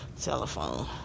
telephone